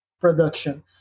production